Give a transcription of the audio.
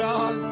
God